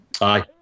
aye